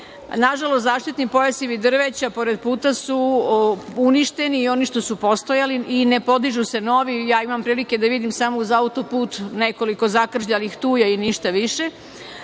Nažalost, zaštitni pojasevi drveća pored puta su uništeni i oni što su postajali i ne podižu se novi. Ja imam prilike da vidim, samo uz auto-put, nekoliko zakržljalih je tu i ništa više,